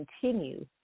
continue